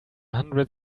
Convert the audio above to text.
hundred